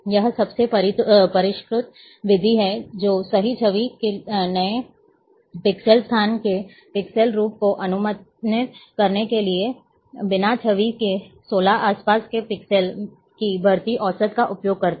यह सबसे परिष्कृत विधि है जो सही छवि में नए पिक्सेल स्थान के पिक्सेल मूल्य को अनुमानित करने के लिए बिना छवि के 16 आसपास के पिक्सेल के भारित औसत का उपयोग करता है